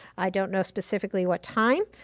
i don't know specifically what time,